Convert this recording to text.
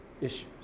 issues